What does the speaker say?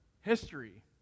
History